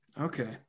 Okay